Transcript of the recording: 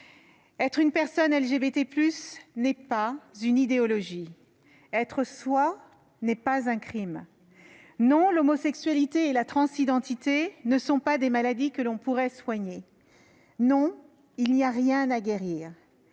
Être une personne LGBT+ n'est pas une idéologie. Être soi n'est pas un crime. Non, l'homosexualité et la transidentité ne sont pas des maladies que l'on pourrait soigner. Non, il n'y a rien à guérir,